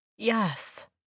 Yes